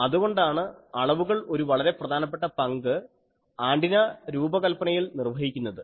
അതുകൊണ്ടാണ് അളവുകൾ ഒരു വളരെ പ്രധാനപ്പെട്ട പങ്ക് ആൻറിന രൂപകല്പനയിൽ നിർവഹിക്കുന്നത്